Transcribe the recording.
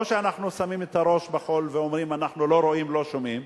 או שאנחנו שמים את הראש בחול ואומרים שאנחנו לא רואים ולא שומעים,